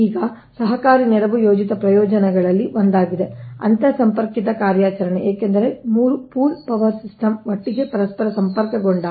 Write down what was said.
ಈಗ ಸಹಕಾರಿ ನೆರವು ಯೋಜಿತ ಪ್ರಯೋಜನಗಳಲ್ಲಿ ಒಂದಾಗಿದೆ ಅಂತರ್ಸಂಪರ್ಕಿತ ಕಾರ್ಯಾಚರಣೆ ಏಕೆಂದರೆ 3 ಪೂಲ್ ಪವರ್ ಸಿಸ್ಟಮ್ಗಳು ಒಟ್ಟಿಗೆ ಪರಸ್ಪರ ಸಂಪರ್ಕಗೊಂಡಾಗ